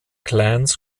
clans